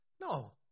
No